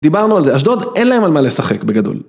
דיברנו על זה אשדוד, אין להם על מה לשחק בגדול